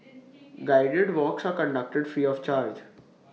guided walks are conducted free of charge